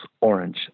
orange